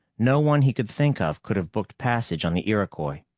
no one he could think of could have booked passage on the iroquois.